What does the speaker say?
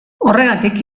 horregatik